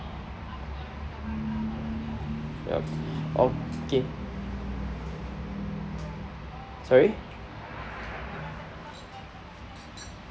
yup okay sorry